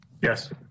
Yes